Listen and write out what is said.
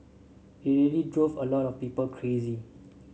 it really drove a lot of people crazy